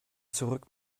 zurück